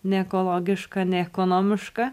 neekologiška neekonomiška